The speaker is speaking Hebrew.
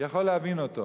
להבין אותם.